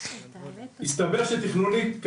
מסתבר שתכנונית,